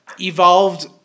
Evolved